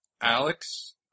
Alex